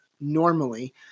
normally